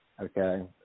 Okay